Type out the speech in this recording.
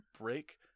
break